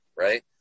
right